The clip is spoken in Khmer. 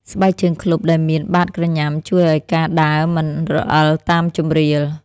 ស្បែកជើងឃ្លុបដែលមានបាតក្រញ៉ាំជួយឱ្យការដើរមិនរអិលតាមជម្រាល។